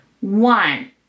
One